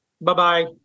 Bye-bye